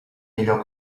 millor